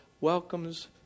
welcomes